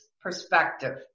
perspective